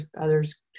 others